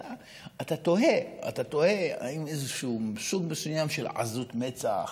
אתה תוהה אם זה איזשהו סוג מסוים של עזות מצח,